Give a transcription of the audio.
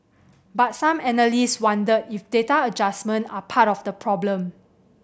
but some analyst wonder if data adjustment are part of the problem